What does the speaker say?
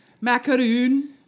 Macaroon